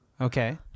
Okay